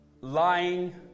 lying